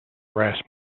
brass